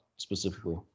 specifically